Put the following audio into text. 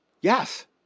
Yes